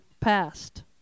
passed